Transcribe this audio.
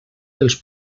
dels